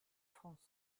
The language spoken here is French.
france